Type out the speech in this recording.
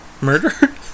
Murder